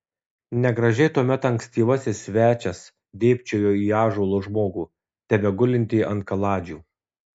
negražiai tuomet ankstyvasis svečias dėbčiojo į ąžuolo žmogų tebegulintį ant kaladžių